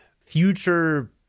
future